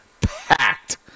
packed